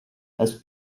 has